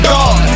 God